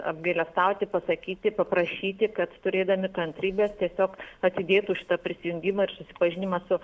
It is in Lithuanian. apgailestauti pasakyti paprašyti kad turėdami kantrybės tiesiog atidėtų šitą prisijungimą ir susipažinimą su